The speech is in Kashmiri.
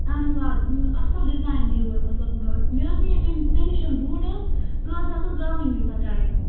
اہن حظ آ اَصٕل ڈِزایِن دِیِو حظ مَطلَب مےٚ اوس ییٚتٮ۪ن ژینِش یُس بوٗٹ حظ سُہ حظ تَتھ حظ درٛاوُے نہٕ یوٗتاہ ٹایِم